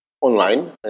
online